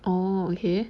orh okay